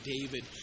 David